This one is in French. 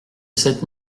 sept